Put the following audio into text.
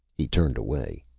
he turned away.